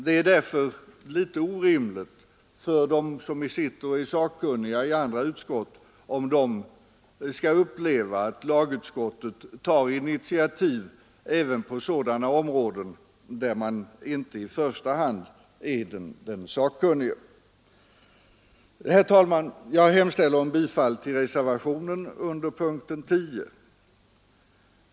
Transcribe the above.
Det är därför orimligt för dem som sitter såsom sakkunniga i andra utskott, om de skall behöva uppleva att lagutskottet tar initiativ även på sådana områden där man i utskottet inte är den i första hand sakkunnige. Herr talman! Jag hemställer om bifall till reservationen under punkten 10.